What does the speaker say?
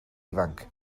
ifanc